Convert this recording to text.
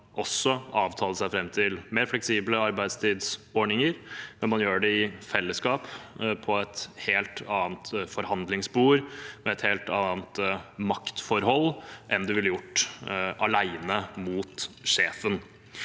også avtale seg fram til mer fleksible arbeidstidsordninger, men man gjør det i fellesskap, på et helt annet forhandlingsbord og med et helt annet maktforhold enn man ville gjort alene mot sjefen.